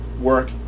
work